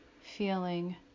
feeling